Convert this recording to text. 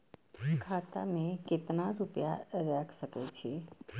खाता में केतना रूपया रैख सके छी?